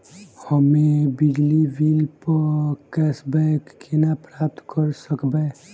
हम्मे बिजली बिल प कैशबैक केना प्राप्त करऽ सकबै?